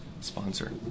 sponsor